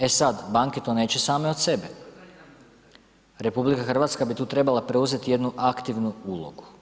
E sad, banke to neće same od sebe, RH bi tu trebala preuzeti jednu aktivnu ulogu.